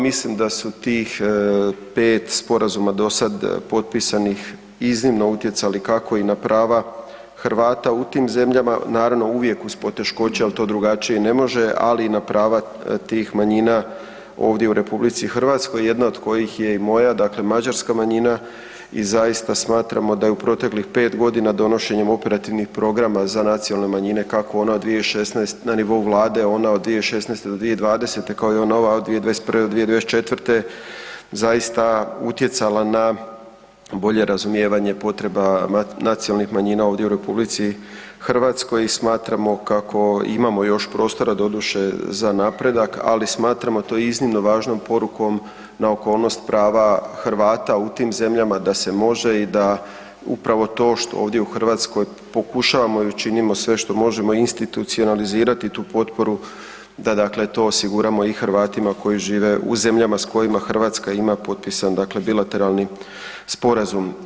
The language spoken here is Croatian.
Mislim da su tih 5 sporazuma dosad potpisanih iznimno utjecali kako i na prava Hrvata u tim zemljama, naravno uvijek uz poteškoće ali to drugačije i ne može, ali i na prava tih manjina ovdje u RH, jedna od kojih je i moja, dakle mađarska manjina i zaista smatramo da je u proteklih 5 g. donošenjem operativnih programa za nacionalne manjine, kako one od 2016. na nivou Vlade, ona od 2016. do 2020. kao i ona nova od 2021. do 2024., zaista utjecala na bolje razumijevanje potreba nacionalnih manjina ovdje u RH i smatramo kako imamo još prostora, doduše za napredak ali smatramo to iznimno važnom porukom na okolnost prava Hrvata u tim zemljama, da se može i da upravo to što ovdje u Hrvatskoj pokušavamo i činimo sve što možemo, institucionalizirati tu potporu, da dakle to osiguramo i Hrvatima koji žive u zemljama s kojima Hrvatska ima potpisan dakle bilateralni sporazum.